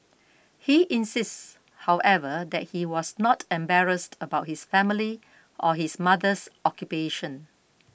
he insists however that he was not embarrassed about his family or his mother's occupation